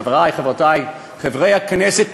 חברי וחברותי חברי הכנסת,